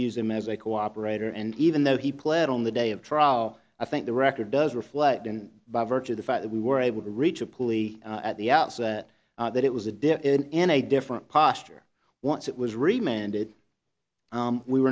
use him as a cooperator and even though he pled on the day of trial i think the record does reflect and by virtue of the fact that we were able to reach a pulley at the outset that it was a bit in a different posture once it was